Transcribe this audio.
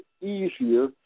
easier